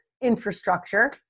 infrastructure